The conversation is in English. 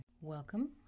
Welcome